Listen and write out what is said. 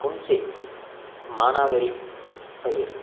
புன்செய் மானாவாரி பயிர்